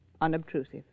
unobtrusive